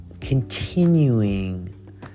continuing